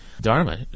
dharma